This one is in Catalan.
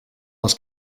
les